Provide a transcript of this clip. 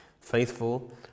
Faithful